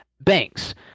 Banks